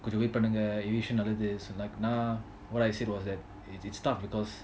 கொஞ்சம்:konjam wait பண்ணுங்க:panunga aviation நல்லது:nalathu so like நான்:naan what I said was that